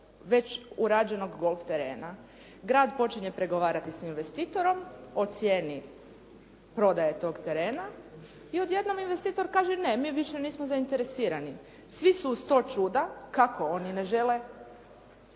već urađenog golf terena. Grad počinje pregovarati s investitorom, ocijeni prodaje tog terena i odjednom investitor kaže ne, mi više nismo zainteresirani. Svi su u sto čuda kako oni ne žele